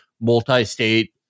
multi-state